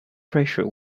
pressure